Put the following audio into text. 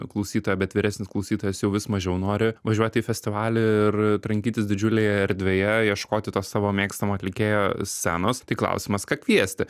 klausytoją bet vyresnis klausytojas jau vis mažiau nori važiuoti į festivalį ir trankytis didžiulėje erdvėje ieškoti to savo mėgstamo atlikėjo scenos tai klausimas ką kviesti